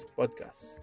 podcast